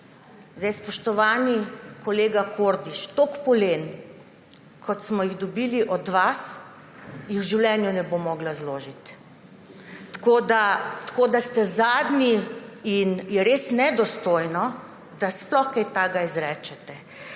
Spoštovani kolega Kordiš, toliko polen, kot smo jih dobili od vas, jih v življenju ne bom mogla zložiti, tako da ste zadnji in je res nedostojno, da kaj takega izrečete.